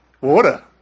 Water